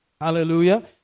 Hallelujah